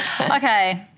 Okay